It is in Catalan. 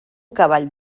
cavall